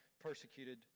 persecuted